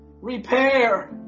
repair